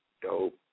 Dope